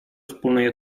wspólnej